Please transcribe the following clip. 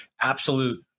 absolute